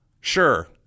Sure